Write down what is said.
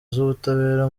z’ubutabera